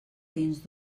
dins